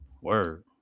Word